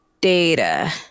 data